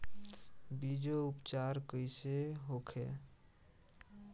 बीजो उपचार कईसे होखे?